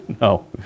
No